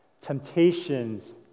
Temptations